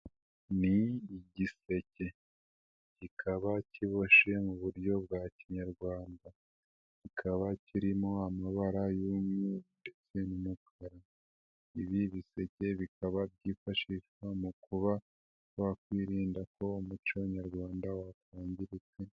Ni igiseke, kikaba kiboshye mu buryo bwa kinyarwanda, kikaba kirimo amabara y'umweru ndetse n'umukara, ibi biseke bikaba byifashishwa mu kuba wakwirinda ko umuco nyarwanda wakangirika.